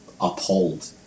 uphold